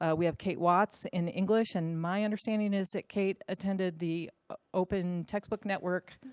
ah we have kate watts in english. and my understanding is that kate attended the open textbook network